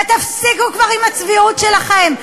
ותפסיקו כבר עם הצביעות שלכם,